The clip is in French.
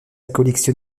collection